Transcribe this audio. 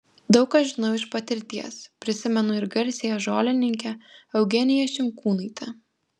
daug ką žinau iš patirties prisimenu ir garsiąją žolininkę eugeniją šimkūnaitę